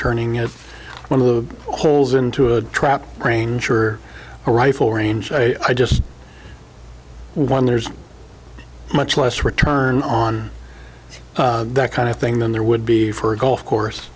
turning it one of the holes into a trap ranger rifle range i just won there's much less return on that kind of thing than there would be for a golf course